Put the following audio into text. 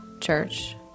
church